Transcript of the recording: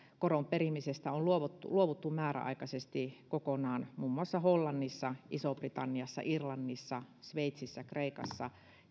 koron perimisestä on luovuttu luovuttu määräaikaisesti kokonaan muun muassa hollannissa isossa britanniassa irlannissa sveitsissä kreikassa